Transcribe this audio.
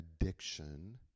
addiction